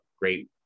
great